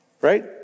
Right